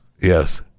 yes